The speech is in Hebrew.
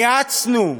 ניאצנו,